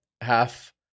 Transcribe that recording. Half